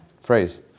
phrase